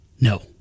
no